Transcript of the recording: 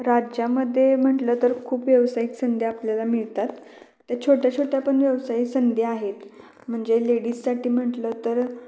राज्यामध्ये म्हटलं तर खूप व्यवसायिक संध्या आपल्याला मिळतात त्या छोट्या छोट्या पण व्यवसाय संध्या आहेत म्हणजे लेडीजसाठी म्हटलं तर